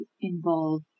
involve